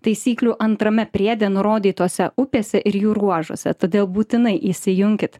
taisyklių antrame priede nurodytose upėse ir jų ruožuose todėl būtinai įsijunkit